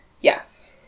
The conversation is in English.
Yes